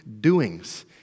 doings